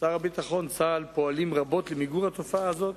שר הביטחון וצה"ל פועלים רבות למיגור התופעה הזאת,